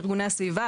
ארגוני הסביבה,